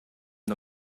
the